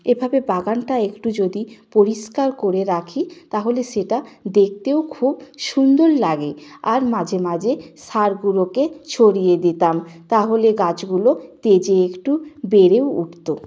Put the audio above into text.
এভাবে বাগানটা একটু যদি পরিষ্কার করে রাখি তাহলে সেটা দেখতেও খুব সুন্দর লাগে আর মাঝেমাঝে সারগুলোকে ছড়িয়ে দিতাম তাহলে গাছগুলো তেজে একটু বেড়েও উঠত